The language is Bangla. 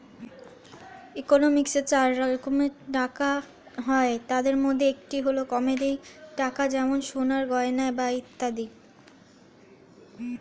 ইকোনমিক্সে চার রকম টাকা হয়, তাদের মধ্যে একটি হল কমোডিটি টাকা যেমন সোনার গয়না বা ইত্যাদি